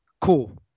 Cool